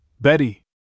Betty